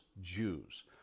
Jews